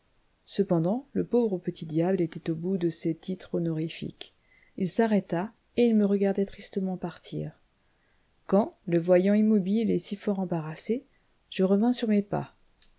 cependant le pauvre petit diable était au bout de ses titres honorifiques il s'arrêta et il me regardait tristement partir quand le voyant immobile et si fort embarrassé je revins sur mes pas